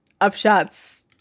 Upshot's